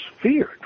feared